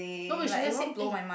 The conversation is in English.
no we shouldn't say eh